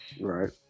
right